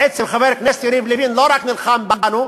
בעצם חבר הכנסת יריב לוין לא נלחם רק בנו,